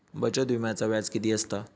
बचत विम्याचा व्याज किती असता?